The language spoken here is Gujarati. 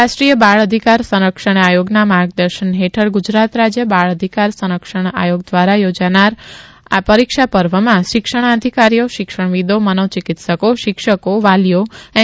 રાષ્ટ્રીય બાળ અધિકાર સંરક્ષણ આયોગના માર્ગદર્શન હેઠળ ગુજરાત રાજ્ય બાળ અધિકાર સંરક્ષણ આયોગ દ્વારા યોજાનાર આ પરીક્ષા પર્વમાં શિક્ષણાધિકારીઓ શિક્ષણવિદો મનોચિકિત્સકો શિક્ષકો વાલીઓ એન